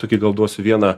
tokį gal duosiu vieną